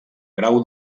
grau